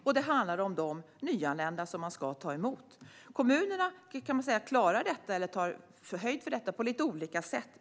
Och det handlar om de nyanlända som man ska ta emot. Kommunerna tar höjd för detta på lite olika sätt.